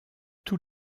tous